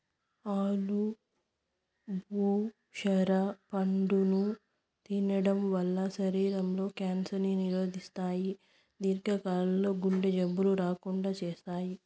ఆలు భుఖర పండును తినడం వల్ల శరీరం లో క్యాన్సర్ ను నిరోధిస్తాయి, దీర్ఘ కాలం లో గుండె జబ్బులు రాకుండా చేత్తాయి